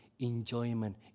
enjoyment